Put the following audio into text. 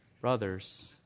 Brothers